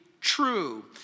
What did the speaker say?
true